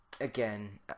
again